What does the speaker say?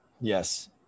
Yes